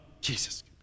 Jesus